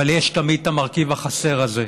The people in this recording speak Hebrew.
אבל יש תמיד את המרכיב החסר הזה.